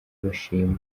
bashima